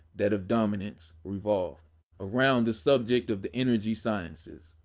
that of dominance, revolved a round the subject of the energy sciences.